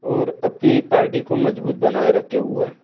और अपनी पार्टी को मजबूत बनाए रखे हुए